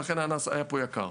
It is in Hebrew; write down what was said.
ולכן האננס פה היה יקר.